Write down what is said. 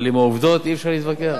אבל עם העובדות אי-אפשר להתווכח.